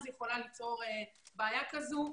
אז יכולה להיווצר בעיה כזאת.